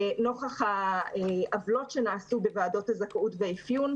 נוכח העוולות שנעשו בוועדות הזכאות והאפיון.